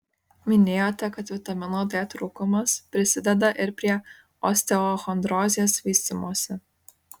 minėjote kad vitamino d trūkumas prisideda ir prie osteochondrozės vystymosi